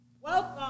welcome